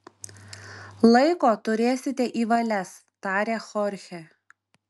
laiko turėsite į valias tarė chorchė